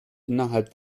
innerhalb